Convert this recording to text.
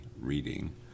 reading